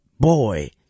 Boy